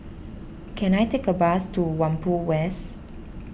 can I take a bus to Whampoa West